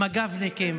למג"בניקים?